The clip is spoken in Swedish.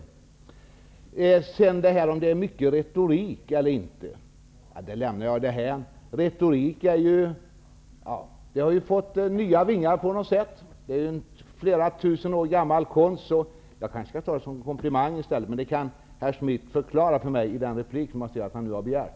Olle Schmidt sade att det var mycket retorik, men den frågan lämnar jag därhän. Retorik är en flera tusen år gammal konst, och den har ju fått nya vingar. Jag kanske skall ta det Olle Schmidt sade som en komplimang, men han kan förklara det i nästa replik.